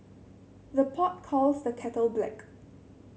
the pot calls the kettle black